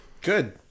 Good